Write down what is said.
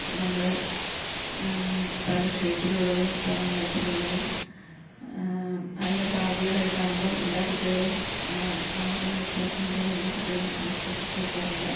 നമ്മള് പല ഷേപ്പിലുള്ളതും പല നിറത്തിലുള്ളതും ആയ ബാർബികളെക്കാണുമ്പോൾ എല്ലാ കുട്ടികളും ആൺ പെൺ വ്യത്യാസമില്ലാതെ എല്ലാ കുട്ടികളും അത് ശേഖരിച്ച് വെക്കാറുണ്ട്